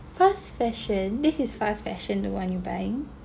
fast fashion this is fast fashion the one you're buying